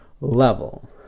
level